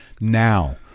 now